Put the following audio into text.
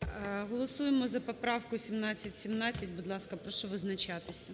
ГОЛОВУЮЧИЙ. Голосуємо за поправку 1717. Будь ласка, прошу визначатися.